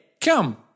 come